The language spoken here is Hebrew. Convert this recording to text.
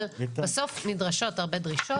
אבל בסוף נדרשות הרבה דרישות,